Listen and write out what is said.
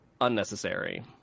unnecessary